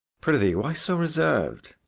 prithee, why so reserved?